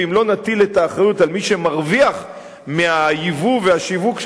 ואם לא נטיל את האחריות על מי שמרוויח כסף מהייבוא והשיווק,